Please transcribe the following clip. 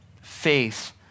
faith